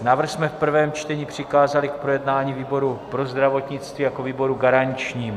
Návrh jsme v prvém čtení přikázali k projednání výboru pro zdravotnictví jako výboru garančnímu.